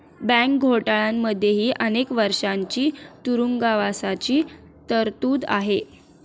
bank घोटाळ्यांमध्येही अनेक वर्षांच्या तुरुंगवासाची तरतूद आहे